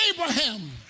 Abraham